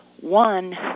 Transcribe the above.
one